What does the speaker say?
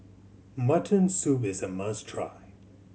mutton soup is a must try